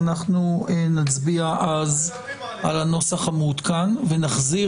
ואנחנו נצביע אז על הנוסח המעודכן ונחזיר